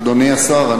אדוני השר,